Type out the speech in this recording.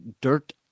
dirt